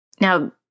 Now